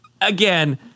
again